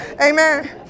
Amen